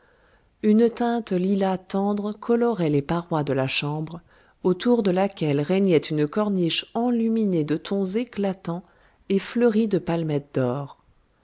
une teinte lilas tendre colorait les parois de la chambre autour de laquelle régnait une corniche enluminée de tons éclatants et fleurie de palmettes d'or